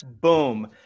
boom